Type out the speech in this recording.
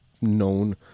known